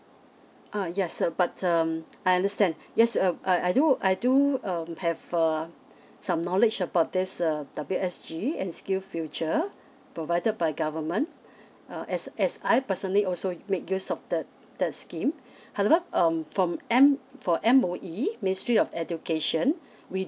uh yes sir but um I understand yes uh I I do I do um have uh some knowledge about this uh W_S_G and skillsfuture provided by government uh as as I personally also make use of the the scheme however um from M for M_O_E ministry of education we